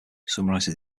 summarizes